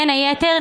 בין היתר,